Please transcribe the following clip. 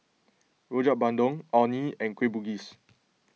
Rojak Bandung Orh Nee and Kueh Bugis